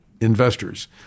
investors